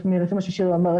לפי מה שאומרת,